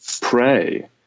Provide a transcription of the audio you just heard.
pray